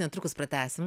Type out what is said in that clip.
netrukus pratęsim